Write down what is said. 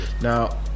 Now